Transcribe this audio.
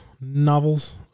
novels